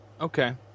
okay